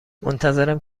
منتظرم